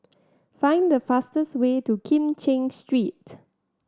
find the fastest way to Kim Cheng Street